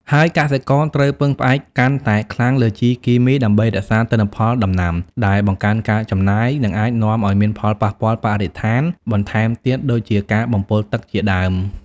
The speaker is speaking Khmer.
ហើយកសិករត្រូវពឹងផ្អែកកាន់តែខ្លាំងលើ ជីគីមី ដើម្បីរក្សាទិន្នផលដំណាំ ដែលបង្កើនការចំណាយ និងអាចនាំឱ្យមានផលប៉ះពាល់បរិស្ថានបន្ថែមទៀតដូចជាការបំពុលទឹកជាដើម។